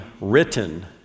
written